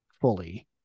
fully